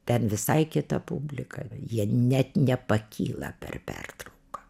ten visai kita publika jie ne nepakyla per pertrauką